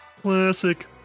classic